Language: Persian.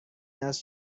است